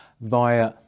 via